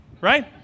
right